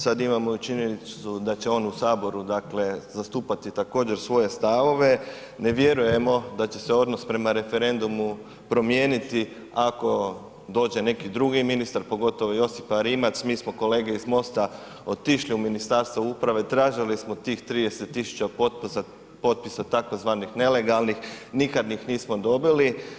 Sad imamo i činjenicu da će on u saboru dakle zastupati također svoje stavove, ne vjerujemo da će se odnos prema referendumu promijeniti ako dođe neki drugi ministar pogotovo Josipa Rimac, mi smo kolege iz MOST-a otišli u Ministarstvo uprave, tražili smo tih 30.000 potpisa tzv. nelegalnih, nikad ih dobili.